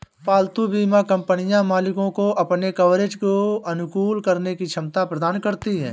पालतू बीमा कंपनियां मालिकों को अपने कवरेज को अनुकूलित करने की क्षमता प्रदान करती हैं